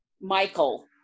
Michael